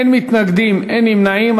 אין מתנגדים, אין נמנעים.